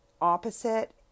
opposite